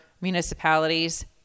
municipalities